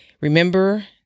Remember